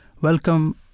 Welcome